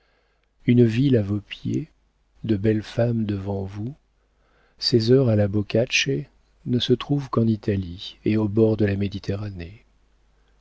une ville à vos pieds de belles femmes devant vous ces heures à la boccace ne se trouvent qu'en italie et aux bords de la méditerranée